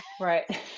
right